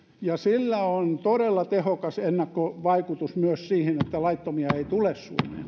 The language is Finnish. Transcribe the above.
ja sillä on todella tehokas ennakkovaikutus myös siihen että laittomia ei tule suomeen